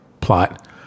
plot